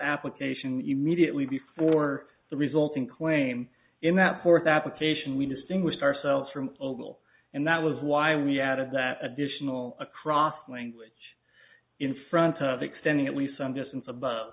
application immediately before the resulting claim in that fourth application we distinguished ourselves from oval and that was why we added that additional across language in front of extending at least some distance above